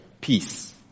peace